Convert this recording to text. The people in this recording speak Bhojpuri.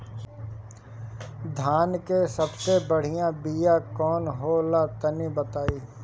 धान के सबसे बढ़िया बिया कौन हो ला तनि बाताई?